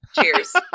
Cheers